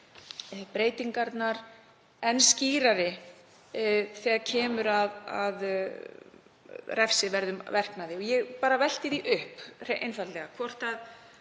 breytingarnar enn skýrari þegar kemur að refsiverðum verknaði. Ég velti því upp einfaldlega hvort